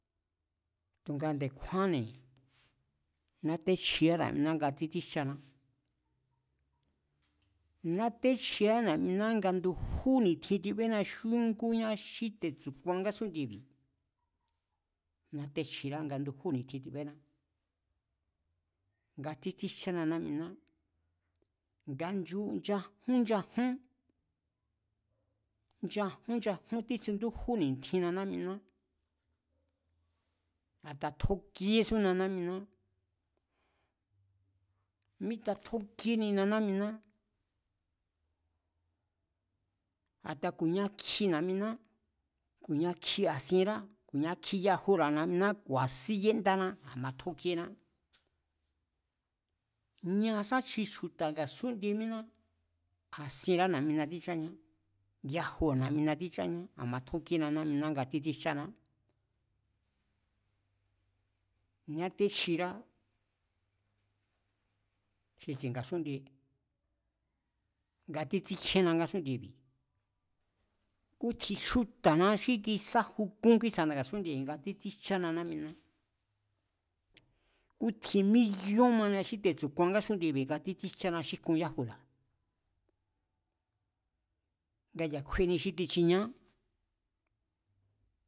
Tu̱nga nde̱kjúánne̱ nátéchjirá na̱'miná nga títsíjcháná. Nátéchjirá na̱'miná nga ndujú ni̱tjin tibéna xí újngú ña xí tetsu̱kuan ngásún'ndiebi̱, nátechjirá nga ndujú ni̱tjin tibéná, nga títsíjchána ná'miná, nga chajún nchajún, nchajún nchajún títsindújú ni̱ntjinna na̱'miná, a̱ta tjókíésuna ná'miná. Míta tjókienina na̱'miná, a̱ta ku̱nia kji na̱'miná ku̱nia kji a̱sienrá ku̱nia kji yajura̱ na̱'miná ku̱a̱sín yéndáná a̱ma tjókíená. Ñasá xi chju̱ta̱ ngasún'ndie míná, a̱sienra na̱'mina tícháñá, yajura̱ na̱'mina tícháñá, a̱ma tjókíena na̱'miná nga títsíjcháná. Nátéchjirá xi tsi̱e̱ nga̱sún'ndie nga títsíkjíéna ngásún'ndiebi̱, kútjin chjúta̱ná xí sájukún kísa sáju kún kísa nga̱sún'ndiebi̱ nga títsíjchána na̱'miná, kútjin míyón mania xí tetsu̱kunñá ngásún'ndiebi̱ nga títsíjchána xí jkun yájura̱. Nga ya̱ kjueni xi tichinieá kui títsíkjíénná